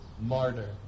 martyr